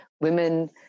women